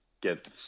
get